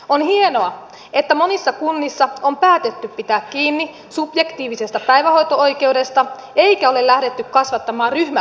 on hienoa että monissa kunnissa on päätetty pitää kiinni subjektiivisesta päivähoito oikeudesta eikä ole lähdetty kasvattamaan ryhmäkokoja